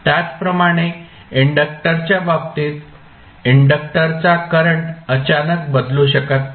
त्याचप्रमाणे इंडक्टरच्या बाबतीत इंडक्टरचा करंट अचानक बदलू शकत नाही